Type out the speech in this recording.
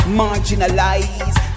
marginalized